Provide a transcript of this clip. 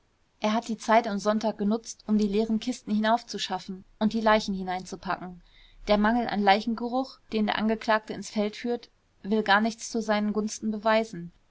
er hat die zeit am sonntag benutzt um die leeren kisten hinauf zu schaffen und die leichen hineinzupacken der mangel an leichengeruch den der angeklagte ins feld führt will gar nichts zu seinen gunsten beweisen